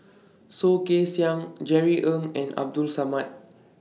Soh Kay Siang Jerry Ng and Abdul Samad